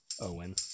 Owen